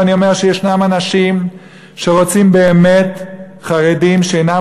ואני אומר שיש אנשים שרוצים באמת שחרדים שאינם